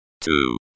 two